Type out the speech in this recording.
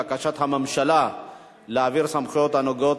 בקשת הממשלה להעביר את הסמכויות הנוגעות